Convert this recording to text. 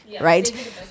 right